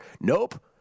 Nope